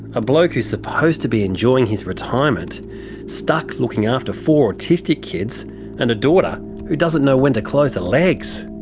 a bloke who's supposed to be enjoying his retirement stuck looking after four autistic kids and a daughter who doesn't know when to close her legs.